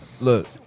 Look